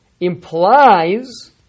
implies